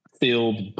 filled